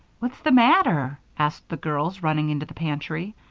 what's the matter? asked the girls, rushing into the pantry.